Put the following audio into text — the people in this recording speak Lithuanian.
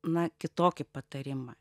na kitokį patarimą